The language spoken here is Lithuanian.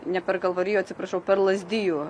ne per kalvarijų atsiprašau per lazdijų